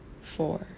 four